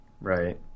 Right